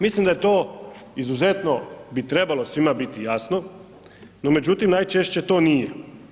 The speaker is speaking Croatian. Mislim da je to izuzetno bi trebalo svima biti jasno, no međutim najčešće to nije.